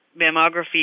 mammography